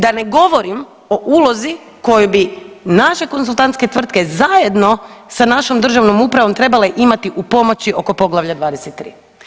Da na govorim o ulozi koju bi naše konzultantske tvrtke zajedno sa našom državnom upravom trebale imati u pomoći oko Poglavlja 23.